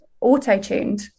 auto-tuned